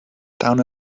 down